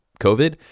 COVID